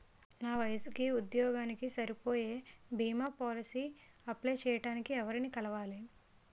నా వయసుకి, ఉద్యోగానికి సరిపోయే భీమా పోలసీ అప్లయ్ చేయటానికి ఎవరిని కలవాలి?